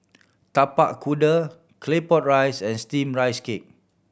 Tapak Kuda Claypot Rice and Steamed Rice Cake